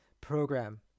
program